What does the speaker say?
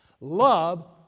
Love